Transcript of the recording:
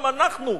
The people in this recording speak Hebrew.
גם אנחנו,